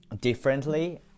differently